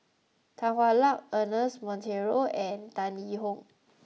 Tan Hwa Luck Ernest Monteiro and Tan Yee Hong